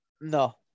No